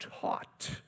taught